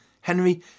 Henry